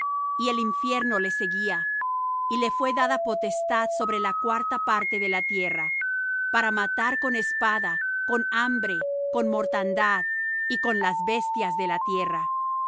y el infierno le seguía y le fué dada potestad sobre la cuarta parte de la tierra para matar con espada con hambre con mortandad y con las bestias de la tierra